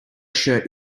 shirt